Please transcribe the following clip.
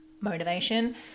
motivation